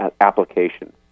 application